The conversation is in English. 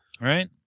Right